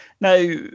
Now